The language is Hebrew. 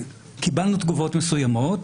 קיבלנו תגובות מסוימות.